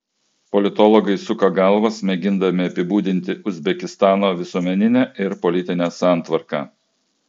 politologai suka galvas mėgindami apibūdinti uzbekistano visuomeninę ir politinę santvarką